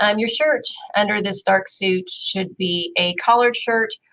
um your shirt under this dark suit should be a collared shirt.